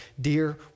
dear